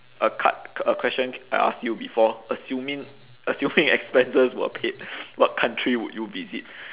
a card a question I asked you before assuming assuming expenses were paid what country would you visit